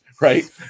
right